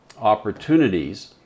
opportunities